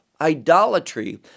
idolatry